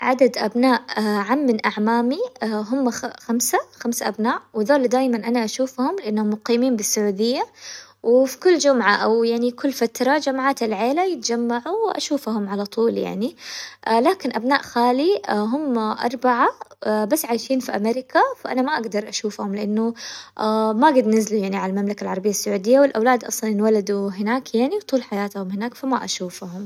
عدد أبناء عم من أعمامي هما خ- خمسة خمس أبناء، وذولا دايماً أنا أشوفهم لأنهم مقيمين بالسعودية وفي كل جمعة أو يعني كل فترة جمعة العيلة يتجمعوا وأشوفهم على طول يعني، لكن أبناء خالي هما أربعة بس عايشين في أميريكا، فأنا ما أقدر أشوفهم لأنه ما قد نزلوا يعني ع المملكة العربية السعودية، والأولاد أصلاً انولدوا هناك يعني وطول حياتهم هناك فما أشوفهم.